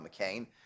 McCain